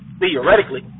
theoretically